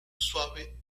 suave